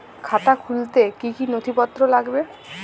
খাতা খুলতে কি কি নথিপত্র লাগবে?